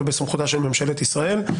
אלא בסמכותה של ממשלת ישראל,